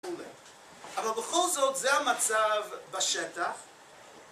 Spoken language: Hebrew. אבל בכל זאת, זה המצב בשטח